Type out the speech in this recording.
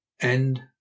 End